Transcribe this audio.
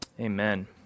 Amen